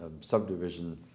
subdivision